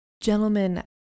Gentlemen